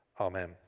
Amen